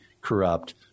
corrupt